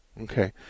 Okay